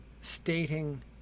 stating